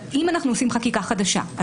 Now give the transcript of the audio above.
אם אנחנו עושים חקיקה חדשה,